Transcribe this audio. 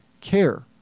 care